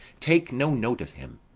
take no note of him.